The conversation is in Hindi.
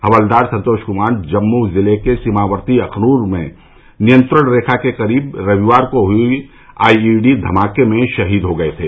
हवलदार संतोष कुमार जम्मू जिले के सीमार्क्ती अखनूर में नियंत्रण रेखा के करीब रविवार को हुए आई ई डी धमाके में शहीद हो गए थे